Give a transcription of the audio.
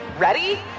Ready